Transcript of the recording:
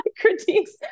critiques